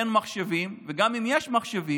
אין מחשבים, וגם אם יש מחשבים,